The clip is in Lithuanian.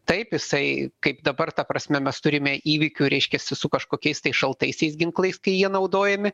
taip jisai kaip dabar ta prasme mes turime įvykių reiškiasi su kažkokiais šaltaisiais ginklais kai jie naudojami